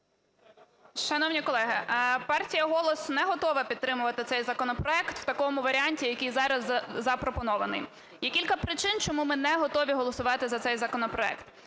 Шановні колеги, партія "Голос" не готова підтримувати цей законопроект у такому варіанті, який зараз запропонований. Є кілька причин, чому ми не готові голосувати за цей законопроект.